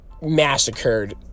massacred